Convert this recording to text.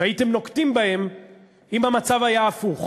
הייתם נוקטים אם המצב היה הפוך,